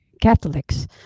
Catholics